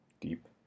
deep